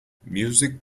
music